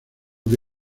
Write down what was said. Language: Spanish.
que